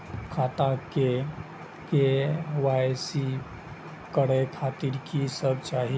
खाता के के.वाई.सी करे खातिर की सब चाही?